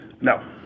No